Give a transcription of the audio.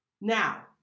Now